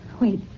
Wait